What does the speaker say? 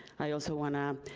i also want um